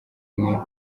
umwe